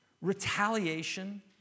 retaliation